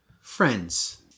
friends